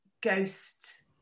ghost